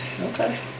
Okay